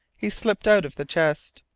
he slipped out of the chest,